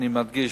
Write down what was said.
אני מדגיש,